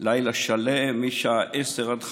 לילה שלם, מהשעה 22:00 עד 05:00,